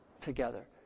together